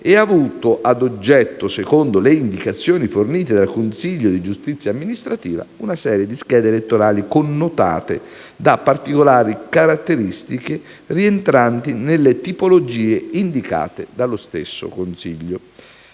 e ha avuto ad oggetto, secondo le indicazioni fornite dal consiglio di giustizia amministrativa, una serie di schede elettorali connotate da particolari caratteristiche rientranti nelle tipologie indicate dallo stesso consiglio.